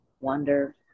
wonder